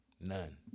none